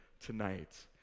tonight